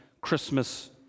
Christmas